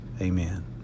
Amen